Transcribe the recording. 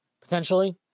potentially